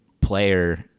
player